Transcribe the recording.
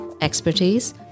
expertise